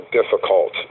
difficult